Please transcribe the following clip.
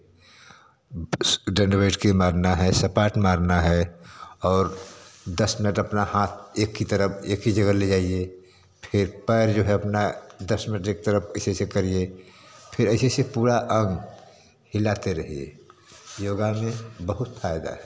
दंड बैठकी मारना है सपाट मारना है और दस मिनट अपना हाथ एक ही तरफ़ एक ही जगह ले जाइये फिर पैर जो अपना दस मिनट एक तरफ़ ऐसे ऐसे करिये फिर ऐसे ऐसे पूरा अब हिलाते रहिये योग में बहुत फ़ायदा है